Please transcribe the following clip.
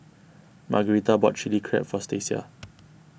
Margarita bought Chili Crab for Stacia